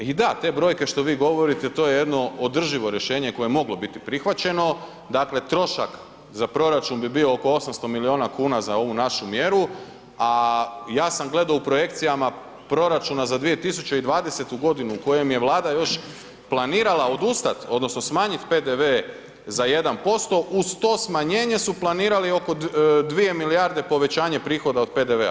I da, te brojke što vi govorite to je jedno održivo rješenje koje je moglo biti prihvaćeno, dakle trošak za proračun bi bio oko 800 milijuna kuna za ovu našu mjeru, a ja sam gledao u projekcijama proračuna za 2020. godinu u kojem je Vlada još planirala odustati odnosno smanjiti PDV za 1% uz to smanjenje su planirali oko 2 milijarde povećanje prihoda od PDV-a.